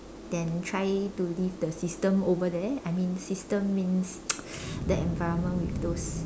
then try to leave the system over there I mean system means the environment with those